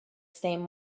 same